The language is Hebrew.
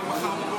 למה חודש?